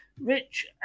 Rich